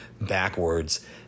backwards